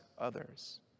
others